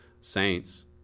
saints